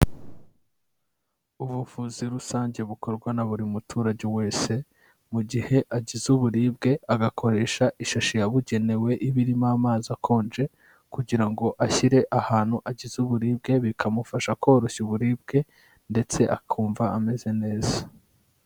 Ubuvuzi rusange bukorwa na buri muturage wese mu gihe agize uburibwe, agakoresha ishashi yabugenewe. Iba irimo amazi akonje kugira ngo ashyire ahantu agize uburibwe, bikamufasha koroshya uburibwe ndetse akumva ameze neza.